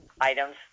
items